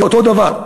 זה אותו דבר.